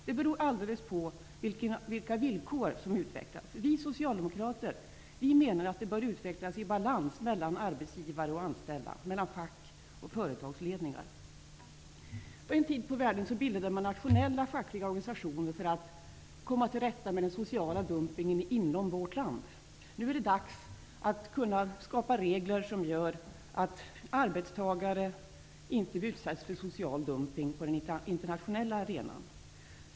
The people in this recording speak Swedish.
Det beror alldeles på under vilka villkor den utvecklas. Vi socialdemokrater menar att den bör utvecklas i balans mellan arbetsgivare och anställda, mellan fack och företagsledningar. En tid på världen bildades nationella, fackliga organisationer för att komma till rätta med den sociala dumpningen inom vårt land. Nu är det dags att skapa regler som gör att arbetstagare inte utsätts för social dumpning på den internationella arenan.